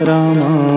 Rama